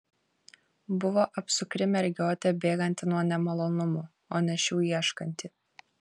buvo apsukri mergiotė bėganti nuo nemalonumų o ne šių ieškanti